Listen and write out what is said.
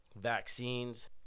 vaccines